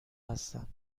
هستم